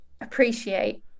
appreciate